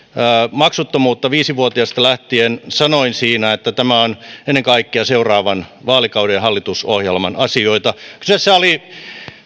maksuttomuutta viisi vuotiaasta lähtien sanoin siinä että tämä on ennen kaikkea seuraavan vaalikauden ja hallitusohjelman asioita kyseessä oli